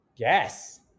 Yes